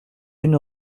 une